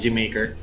maker